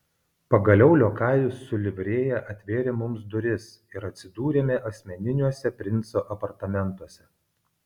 pagaliau liokajus su livrėja atvėrė mums duris ir atsidūrėme asmeniniuose princo apartamentuose